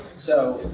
so,